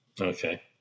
Okay